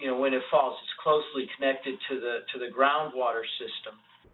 and when it falls, it's closely connected to the to the ground water system.